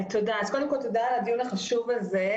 אז קודם כול, תודה על הדיון החשוב הזה.